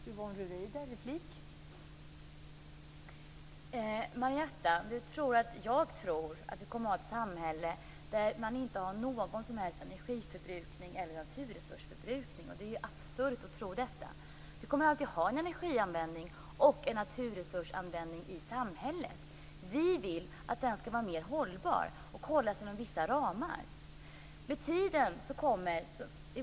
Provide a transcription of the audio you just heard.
Fru talman! Marietta de Pourbaix-Lundin tror att jag tror att vi kommer att ha ett samhälle där man inte har någon som helst energiförbrukning eller naturresursförbrukning. Det är absurt att tro detta. Vi kommer alltid att ha en energianvändning och en naturresursanvändning i samhället. Vi vill att den skall vara mer hållbar och hållas inom vissa ramar.